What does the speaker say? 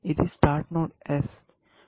ఇది START node S